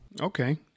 Okay